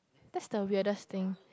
that's the weirdest things